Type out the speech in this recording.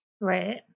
right